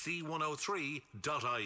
C103.ie